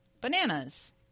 bananas